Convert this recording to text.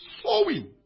sowing